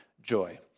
joy